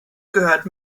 gehört